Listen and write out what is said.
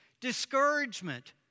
discouragement